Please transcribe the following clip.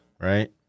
Right